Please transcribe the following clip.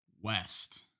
West